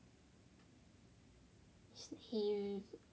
he